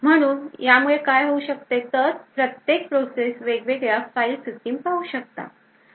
म्हणून यामुळे काय होऊ शकते तर प्रत्येक प्रोसेस वेगवेगळ्या फाईल सिस्टम पाहू शकतात